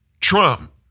Trump